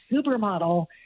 supermodel